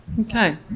Okay